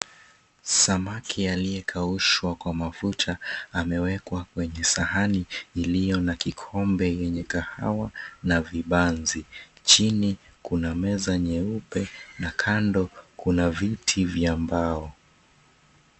Samaki aliyekaushwa kwa mafuta amewekwa kwenye sahani iliyo na kikombe yenye kahawa na vibanzi. Chini kuna meza nyeupe na kando kuna viti vya mbao.